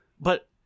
but-